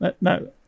no